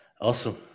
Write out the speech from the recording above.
Awesome